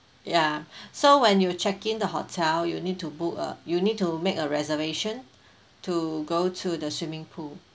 ya so when you check in the hotel you need to book a you need to make a reservation to go to the swimming pool